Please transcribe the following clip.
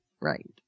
Right